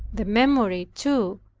the memory, too,